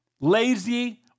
lazy